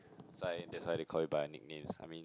that's why that's why they call you by your nicknames I mean